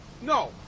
No